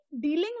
dealing